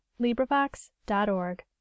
LibriVox.org